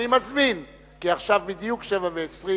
עכשיו בדיוק 07:20,